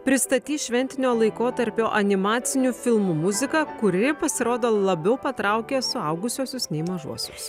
pristatys šventinio laikotarpio animacinių filmų muziką kuri pasirodo labiau patraukia suaugusiuosius nei mažuosius